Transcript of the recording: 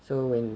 so when